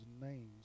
names